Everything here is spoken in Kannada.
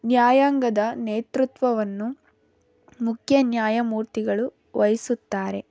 ನ್ಯಾಯಾಂಗದ ನೇತೃತ್ವವನ್ನು ಮುಖ್ಯ ನ್ಯಾಯಮೂರ್ತಿಗಳು ವಹಿಸುತ್ತಾರೆ